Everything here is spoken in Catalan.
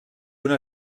una